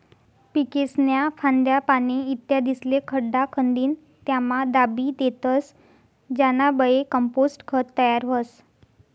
पीकेस्न्या फांद्या, पाने, इत्यादिस्ले खड्डा खंदीन त्यामा दाबी देतस ज्यानाबये कंपोस्ट खत तयार व्हस